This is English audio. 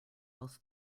else